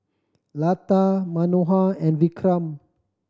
Lata Manohar and Vikram